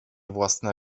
własne